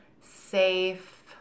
safe